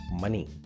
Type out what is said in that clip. Money